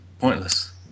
pointless